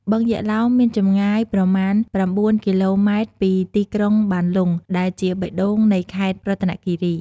បឹងយក្សឡោម មានចម្ងាយប្រមាណ ប្រាំបួនគីឡូម៉ែតពីទីក្រុងបានលុង ដែលជាបេះដូងនៃខេត្តរតនគិរី។